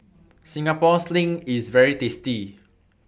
Singapore Sling IS very tasty